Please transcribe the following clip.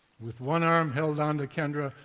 with one arm held on to kendra,